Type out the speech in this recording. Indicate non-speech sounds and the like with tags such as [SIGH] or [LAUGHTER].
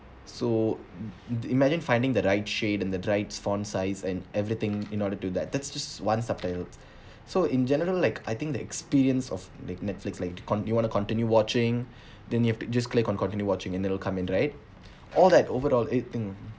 so im~ imagine finding that right shade and the right font size and everything in order do that that's just one subtitle so in general like I think the experience of like netflix like con~ you want to continue watching [BREATH] then you have to just click on continue watching and then it'll come in right all that overall rating